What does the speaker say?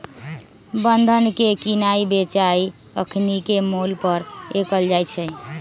बन्धन के किनाइ बेचाई अखनीके मोल पर कएल जाइ छइ